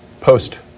post